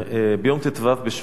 ביום ט"ו בשבט,